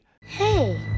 Hey